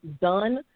done